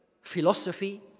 philosophy